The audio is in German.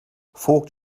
voigt